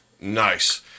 Nice